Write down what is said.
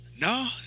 No